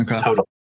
Total